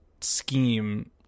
scheme